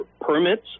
permits